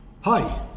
Hi